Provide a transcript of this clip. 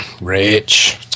Rich